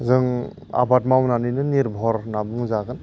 जों आबाद मावनानैनो निरभर होनना बुंजागोन